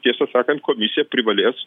tiesą sakant komisija privalės